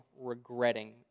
regretting